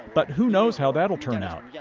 but who knows how that'll turn out. yeah